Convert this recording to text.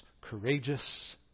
courageous